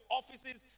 offices